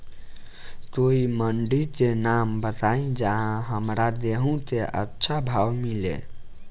कोई मंडी के नाम बताई जहां हमरा गेहूं के अच्छा भाव मिले?